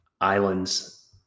islands